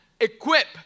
equip